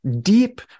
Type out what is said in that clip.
deep